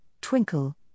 twinkle